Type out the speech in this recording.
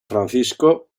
francisco